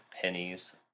pennies